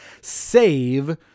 save